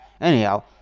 Anyhow